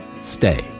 Stay